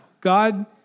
God